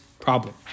problem